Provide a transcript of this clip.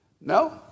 No